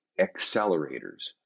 accelerators